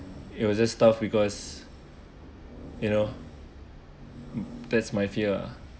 it was just stuff because you know that's my fear